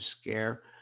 scare